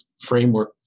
framework